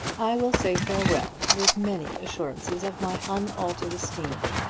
i will say farewell, with many assurances of my unaltered esteem,